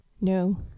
No